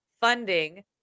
funding